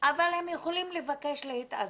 אבל הם יכולים לבקש להתאזרח.